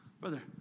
Brother